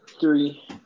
Three